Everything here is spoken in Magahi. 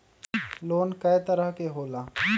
लोन कय तरह के होला?